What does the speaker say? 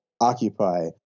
Occupy